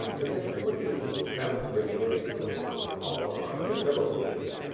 um we have someone who's who's traveled to brazil recently on the call or on several occasions,